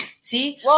See